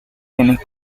genes